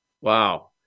Wow